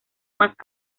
más